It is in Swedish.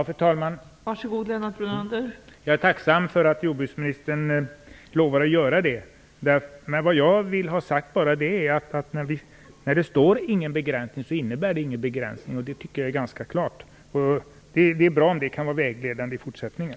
Fru talman! Jag är tacksam för att jordbruksministern lovar att göra det. Jag ville bara ha sagt att när det står "ingen begränsning" så innebär det ingen begränsning. Jag tycker att det är ganska klart. Det är bra om detta kan vara vägledande i fortsättningen.